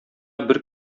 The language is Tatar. бер